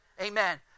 Amen